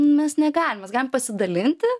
mes negalim mes galim pasidalinti